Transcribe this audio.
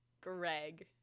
greg